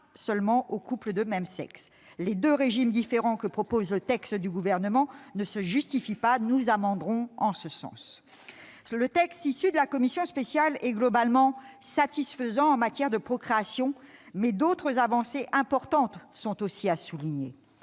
seulement aux couples de même sexe. Les deux régimes différents que défend le Gouvernement ne se justifient pas. Nous proposerons des amendements en conséquence. Le texte issu de la commission spéciale est globalement satisfaisant en matière de procréation ; mais d'autres avancées importantes sont aussi à souligner.